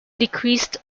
decreased